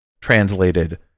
translated